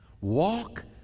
Walk